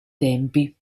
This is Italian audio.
tempi